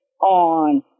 on